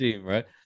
right